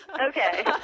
Okay